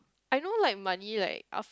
I know like money like after